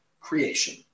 creation